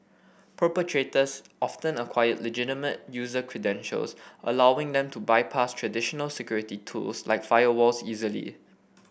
perpetrators often acquire legitimate user credentials allowing them to bypass traditional security tools like firewalls easily